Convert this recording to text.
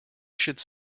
should